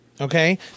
Okay